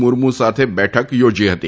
મુર્મુ સાથે બેઠક યોજી હતી